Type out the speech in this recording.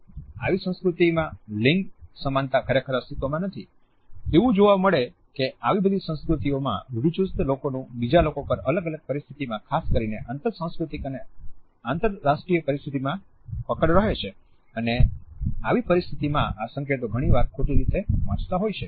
આવી સંસ્કૃતિ માં લિંગ સમાનતા ખરેખર અસ્તિત્વમાં નથી એવું જોવા મળે છે કે આવી બધી સંસ્કૃતિ માં રૂઢીચુસ્ત લોકોનું બીજા લોકો પર અલગ અલગ પરિસ્થિતિમાં ખાસ કરીને આંતરસંસ્કૃતિક અને આંતરરાષ્ટ્રીય પરિસ્થિતિમાં પકડ રહે છે